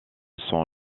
sans